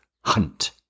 Hunt